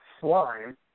slime